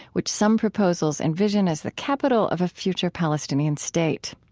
which some proposals envision as the capital of a future palestinian state.